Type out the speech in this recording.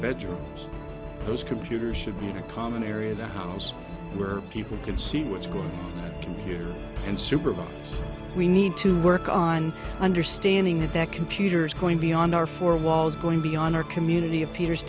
bedrooms those computers should be a common area of the house where people can see what's going on here and supervise we need to work on understanding that computers going beyond our four walls going beyond our community of peter